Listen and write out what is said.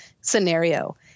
scenario